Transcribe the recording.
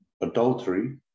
adultery